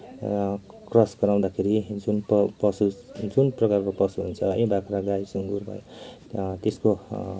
cross गराउँदाखेरि जुन पशु जुन प्रकारको पशु हुन्छ है बाख्रा गाई सुँगुर भयो त्यसको